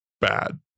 bad